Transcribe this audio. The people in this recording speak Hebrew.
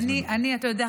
אתה יודע,